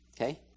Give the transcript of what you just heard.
Okay